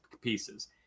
pieces